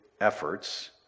efforts